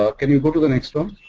ah can we go to the next one?